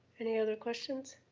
any other questions?